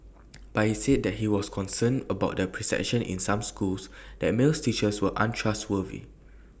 but he said that he was concerned about A perception in some schools that male teachers were untrustworthy